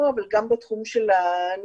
אבל החלטנו לא לבחור בעד אנו-וירוס כי יכולה להיות